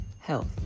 health